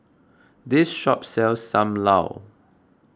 this shop sells Sam Lau